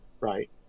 Right